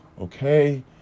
okay